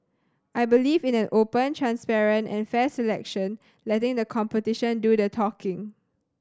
I believe in an open transparent and fair selection letting the competition do the talking